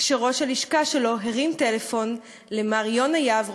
כשראש הלשכה שלו הרים טלפון למר יונה יהב,